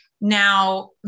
now